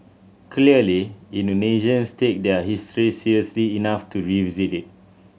clearly Indonesians take their history seriously enough to revisit it